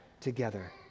together